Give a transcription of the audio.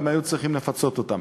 והם צברו אחוזים,